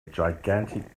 gigantic